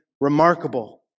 remarkable